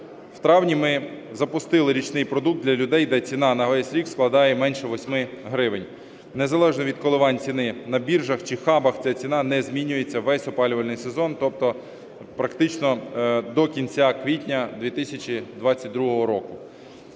В травні ми запустили річний продукт для людей, де ціна на весь рік складає менше 8 гривень. Незалежно від коливань ціни на біржах чи хабах, ця ціна не змінюється весь опалювальний сезон, тобто практично до кінця квітня 2022 року.